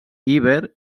iber